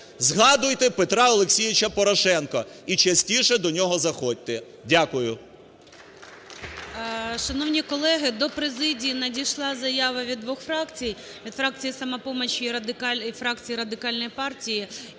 згадуйте Петра Олексійовича Порошенка і частіше до нього заходьте. Дякую.